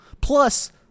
Plus